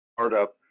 startup